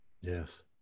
Yes